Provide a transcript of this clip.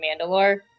Mandalore